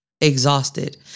exhausted